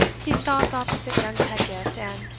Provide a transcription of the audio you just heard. he stopped opposite young pedgift, and,